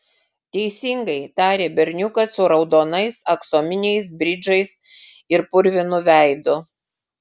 teisingai tarė berniukas su raudonais aksominiais bridžais ir purvinu veidu